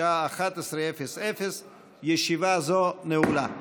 בשעה 11:00. ישיבה זו נעולה.